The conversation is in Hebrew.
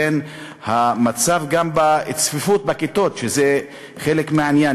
גם המצב של הצפיפות בכיתות זה חלק מהעניין,